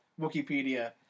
Wikipedia